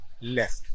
left